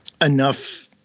enough